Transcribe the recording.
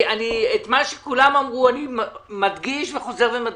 את מה שכולם אמרו אני חוזר ומדגיש.